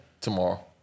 Tomorrow